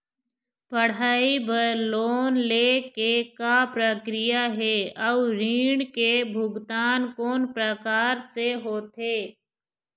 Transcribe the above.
पढ़ई बर लोन ले के का प्रक्रिया हे, अउ ऋण के भुगतान कोन प्रकार से होथे?